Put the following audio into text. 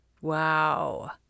Wow